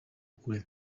kure